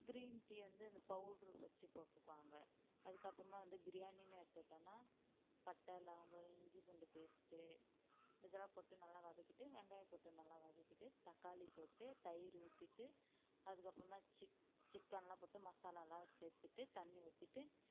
green tea வந்து இந்த பவுடரை வச்சு போட்டுக்குவாங்க அதுக்கப்பறமாக வந்து பிரியாணினு எடுத்துகிட்டோன்னா பட்டை லவங்கம் இஞ்சி பூண்டு பேஸ்ட்டு இதெல்லாம் போட்டு நல்லா வதக்கிட்டு வெங்காயம் போட்டு நல்லா வதக்கிட்டு தக்காளி போட்டு தயிர் ஊற்றிட்டு அதுக்கப்புறமா சிக் சிக்கனெலாம் போட்டு மசாலாலாம் சேர்த்துட்டு தண்ணி ஊற்றிட்டு